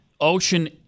ocean